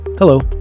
Hello